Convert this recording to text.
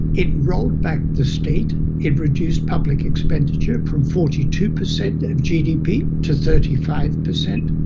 it rolled back the state, it reduced public expenditure from forty two percent of gdp to thirty five percent.